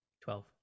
Twelve